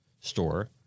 store